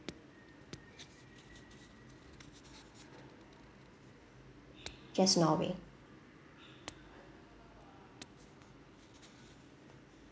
just norway